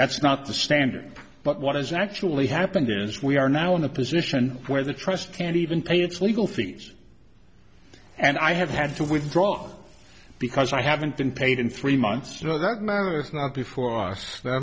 that's not the standard but what has actually happened is we are now in a position where the trust can't even pay its legal fees and i have had to withdraw because i haven't been paid in three months for that matter that's not before us